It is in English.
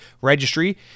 Registry